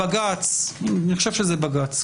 ובג"ץ אני חושב שזה בג"ץ,